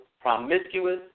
promiscuous